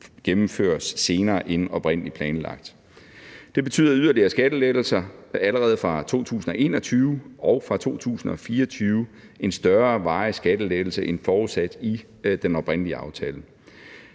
gennemføres senere end oprindelig planlagt. Det betyder yderligere skattelettelser allerede fra 2021 og fra 2024 en større varig skattelettelse end forudsat i den oprindelige aftale.